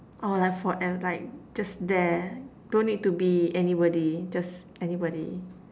oh like forev~ like just there don't need to be anybody just anybody